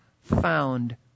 found